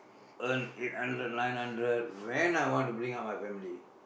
earn eight hundred nine hundred when I want to bring up my family